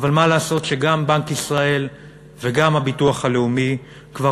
אבל מה לעשות שגם בנק ישראל וגם הביטוח הלאומי כבר